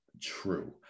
true